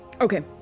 okay